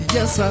Yes